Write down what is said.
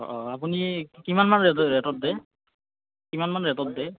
অ আপুনি কিমানমান ৰেটত দিয়ে কিমানমান ৰেটত দিয়ে